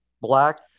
black